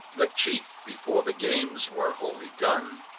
the chief, before the games were wholly done,